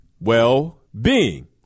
well-being